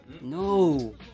No